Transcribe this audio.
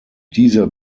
dieser